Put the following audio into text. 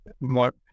more